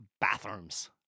bathrooms